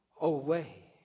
away